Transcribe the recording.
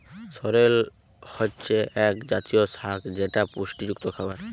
সরেল হচ্ছে এক জাতীয় শাক যেটা পুষ্টিযুক্ত খাবার